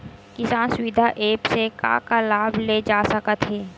किसान सुविधा एप्प से का का लाभ ले जा सकत हे?